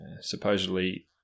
supposedly